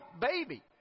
baby